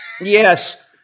Yes